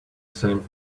same